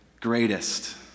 greatest